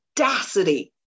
audacity